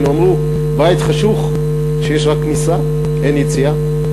אמרו: בית חשוך שיש רק כניסה ואין יציאה,